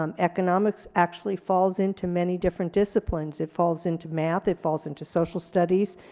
um economics actually falls into many different disciplines. it falls into math. it falls into social studies.